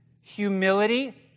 humility